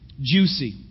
juicy